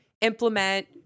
implement